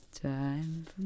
Time